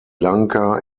lanka